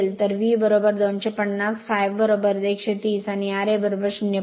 तर V 250 ∅ 130 आणि ra 0